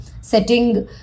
setting